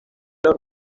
los